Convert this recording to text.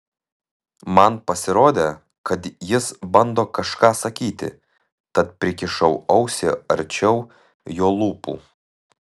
man pasirodė kad jis bando kažką sakyti tad prikišau ausį arčiau jo lūpų